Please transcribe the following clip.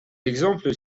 exemples